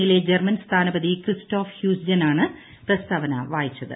എന്നിലെ ജർമൻ സ്ഥാനപതി ക്രിസ്റ്റോഫ് ഹ്യൂസ്ജെനാണ് പ്രസ്താവന വായിച്ചത്